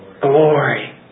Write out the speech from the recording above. Glory